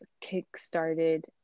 kick-started